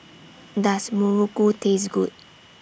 Does Muruku Taste Good